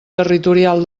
territorial